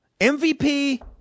MVP